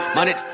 Money